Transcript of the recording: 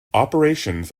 operations